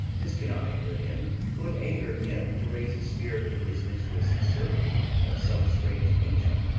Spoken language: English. this cannot anger him. twould anger him to raise a spirit in his mistress' circle of some strange nature,